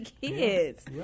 kids